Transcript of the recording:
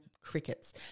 crickets